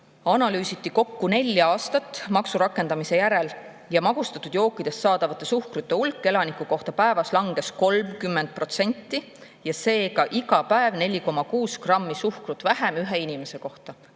analüüsiti kokku nelja aastat maksu rakendamise järel. Magustatud jookidest saadavate suhkrute hulk elaniku kohta päevas langes 30%. Seega, iga päev [tarbiti] 4,6 grammi suhkrut vähem ühe inimese kohta,